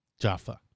Jaffa